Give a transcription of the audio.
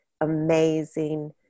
amazing